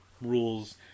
rules